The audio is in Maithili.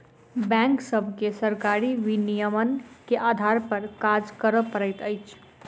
बैंक सभके सरकारी विनियमन के आधार पर काज करअ पड़ैत अछि